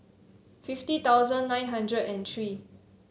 fifty thousand nine hundred and three